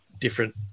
different